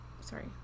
Sorry